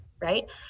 Right